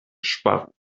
ŝparu